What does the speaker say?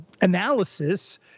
analysis